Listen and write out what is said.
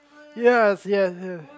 yes yes yes